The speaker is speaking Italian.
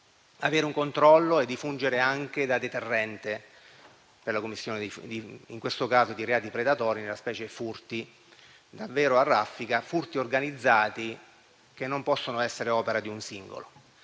avere un controllo e fungerà anche da deterrente per la commissione in questo caso di reati predatori, nella fattispecie furti: furti davvero a raffica e organizzati, che non possono essere opera di un singolo.